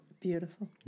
Beautiful